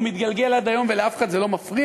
הוא מתגלגל עד היום ולאף אחד זה לא מפריע?